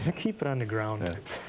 keep it on the ground.